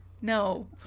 No